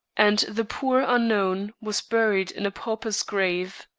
and the poor unknown was buried in a pauper's grave.